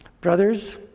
Brothers